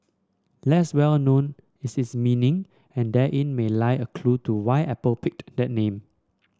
less well known is its meaning and therein may lie a clue to why Apple picked that name